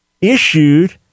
issued